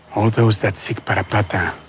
all those that seek parapata